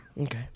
Okay